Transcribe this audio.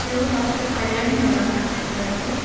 hello doctor Kalyani ಅವ್ರ ಮಾತಾಡ್ತಾ ಇರೋದು